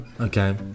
Okay